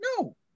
No